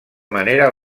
manera